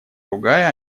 ругая